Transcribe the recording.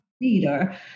leader